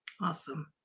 Awesome